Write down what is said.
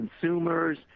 consumers